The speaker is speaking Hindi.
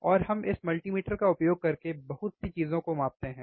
और हम इस म ल्टीमीटर का उपयोग करके बहुत सी चीजों को मापते हैं